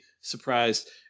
surprised